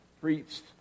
preached